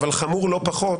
אבל חמור לא פחות,